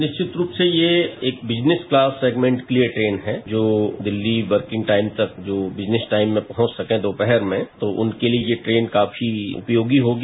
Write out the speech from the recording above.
निश्चित रूप से यह एक बिजनेस क्लास संगमेंट के लिये ट्रेन है जो दिल्ली वर्किंग टाइम तक जो बिजनेस टाइम में पहुंच सके दोपहर में तो उनके लिये यह ट्रेन काफी उपयोगी होगी